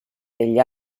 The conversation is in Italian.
degli